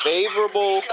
Favorable